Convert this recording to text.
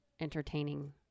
entertaining